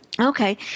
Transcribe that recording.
Okay